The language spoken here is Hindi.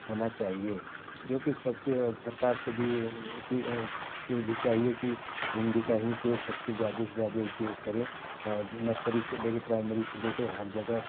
होना चाहिए जो कि सबसे सरकार से भी वो भी के भी चाहिए कि हिंदी का उपयोग सबसे ज्यादा से ज्यादा उपयोग करे हाँ नर्सरी से लेकर प्राइमरी से लेके हर जगह